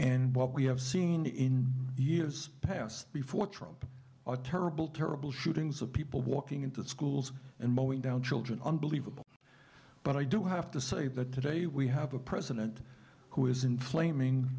and what we have seen in years past before trump terrible terrible shootings of people walking into schools and knowing down children unbelievable but i do have to say that today we have a president who is inflaming